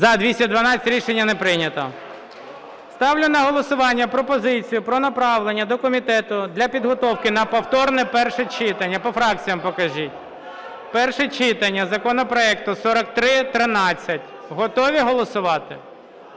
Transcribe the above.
За-212 Рішення не прийнято. Ставлю на голосування пропозицію про направлення до комітету для підготовки на повторне перше читання… По фракціям покажіть. Перше читання законопроекту 4313. Готові голосувати?